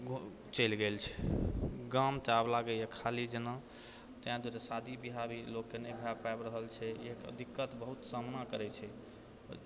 चलि गेल छै गाँवमे तऽ आब लागैय खालि जेना तैं दुआरे शादी ब्याह भी लोकके नहि भऽ पाबि रहल छै एहि दिक्कतके बहुत सामना करै छै